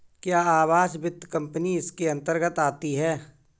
क्या आवास वित्त कंपनी इसके अन्तर्गत आती है?